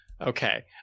Okay